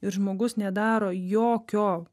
ir žmogus nedaro jokio